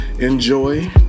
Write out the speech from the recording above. Enjoy